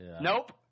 Nope